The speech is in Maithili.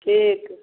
ठीक